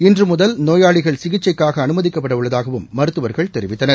இன்று முதல் நோயாளிகள் சிகிச்சைக்காக அனுமதிக்கப்பட உள்ளதாக மருத்துவர்கள் தெரிவித்தனர்